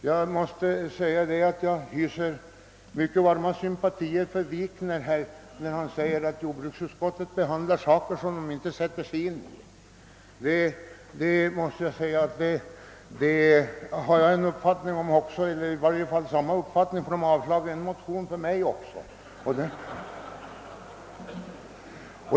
Herr talman! Jag hyser mycket varma sympatier för herr Wikner, som menar att jordbruksutskottet behandlar frågor utan att sätta sig in i dem. Jag har samma uppfattning, ty utskottet har avstyrkt en motion för mig också.